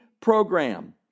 program